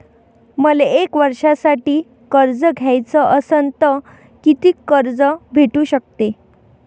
मले एक वर्षासाठी कर्ज घ्याचं असनं त कितीक कर्ज भेटू शकते?